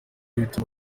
bituma